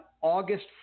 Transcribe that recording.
August